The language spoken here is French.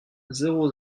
zéro